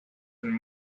and